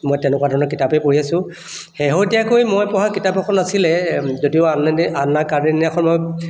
মই তেনেকুৱাধৰণৰ কিতাপেই পঢ়ি আছোঁ শেহতীয়াকৈ মই পঢ়া কিতাপ এখন আছিলে যদিও আন্নে আন্না কাৰেনিনাখন মই